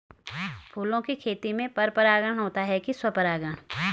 फूलों की खेती में पर परागण होता है कि स्वपरागण?